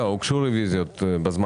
אחרי כל פנייה הוגשו רוויזיות בזמן.